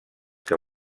que